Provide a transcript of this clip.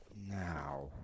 Now